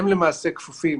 הם למעשה כפופים